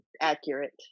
Accurate